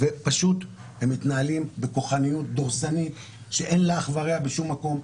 ופשוט הם מתנהלים בכוחניות דורסנית שאין לה אח ורע בשום מקום,